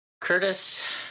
Curtis